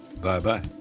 Bye-bye